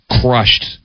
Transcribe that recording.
crushed